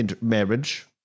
marriage